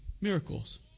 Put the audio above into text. miracles